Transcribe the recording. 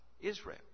Israel